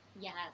Yes